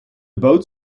boot